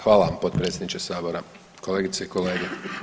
Hvala vam potpredsjedniče Sabora, kolegice i kolege.